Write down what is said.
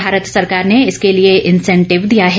भारत सरकार ने इसके लिए इंसेंटिव दिया है